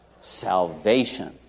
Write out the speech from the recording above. Salvation